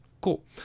Cool